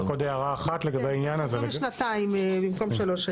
אז אנחנו כותבים שנתיים במקום שלוש שנים.